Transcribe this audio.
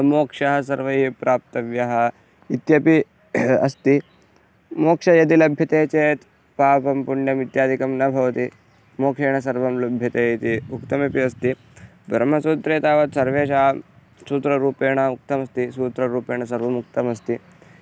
मोक्षः सर्वैः प्राप्तव्यः इत्यपि अस्ति मोक्षः यदि लभ्यते चेत् पापं पुण्यम् इत्यादिकं न भवति मोक्षेण सर्वं लभ्यते इति उक्तमपि अस्ति ब्रह्मसूत्रे तावत् सर्वेषां सूत्ररूपेण उक्तमस्ति सूत्ररूपेण सर्वम् उक्तमस्ति